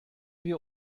wir